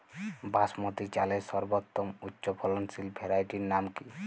বাসমতী চালের সর্বোত্তম উচ্চ ফলনশীল ভ্যারাইটির নাম কি?